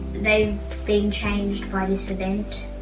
they've been changed by this event.